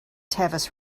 tavis